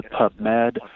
PubMed